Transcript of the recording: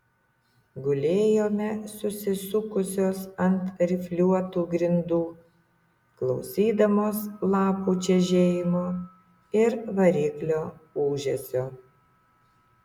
gulėjome susisukusios ant rifliuotų grindų klausydamos lapų čežėjimo ir variklio ūžesio